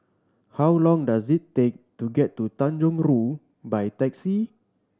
how long does it take to get to Tanjong Rhu by taxi